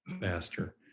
faster